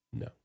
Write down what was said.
no